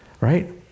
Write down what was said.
Right